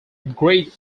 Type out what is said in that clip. upgrade